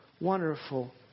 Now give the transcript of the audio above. wonderful